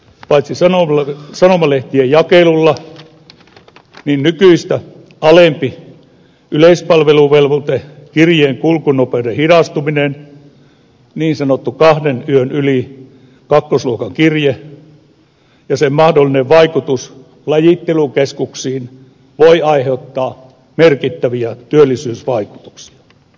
paitsi sanomalehtien jakelu myös nykyistä alempi yleispalveluvelvoite kirjeen kulkunopeuden hidastuminen niin sanottu kahden yön yli kakkosluokan kirje ja sen mahdollinen vaikutus lajittelukeskuksiin voivat aiheuttaa merkittäviä työllisyysvaikutuksia